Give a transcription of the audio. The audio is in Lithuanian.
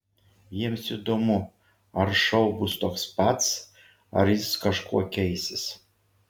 jiems įdomu ar šou bus toks pats ar jis kažkuo keisis